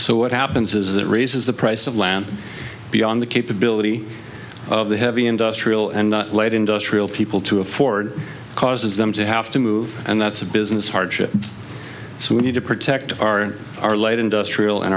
so what happens is that raises the price of land beyond the capability of the heavy industrial and industrial people to afford causes them to have to move and that's a business hardship so we need to protect our our light industrial and